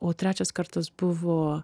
o trečias kartas buvo